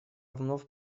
вновь